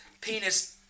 penis